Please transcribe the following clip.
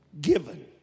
given